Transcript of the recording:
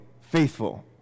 faithful